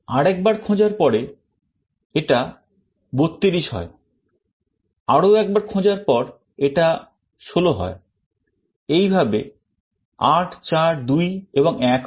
আরেকবার খোঁজার পরে এটা 32 হয় আরো একবার খোঁজার পর এটা 16 হয় এইভাবে এটা 8 4 2 এবং 1 হয়